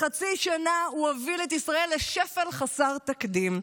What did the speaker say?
בחצי שנה הוא הוביל את ישראל לשפל חסר תקדים.